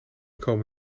komen